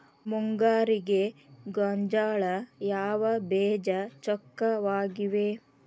ಮುಂಗಾರಿಗೆ ಗೋಂಜಾಳ ಯಾವ ಬೇಜ ಚೊಕ್ಕವಾಗಿವೆ?